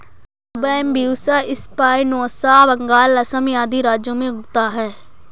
Bambusa स्पायनोसा बंगाल, असम आदि राज्यों में उगता है